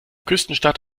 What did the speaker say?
küstenstadt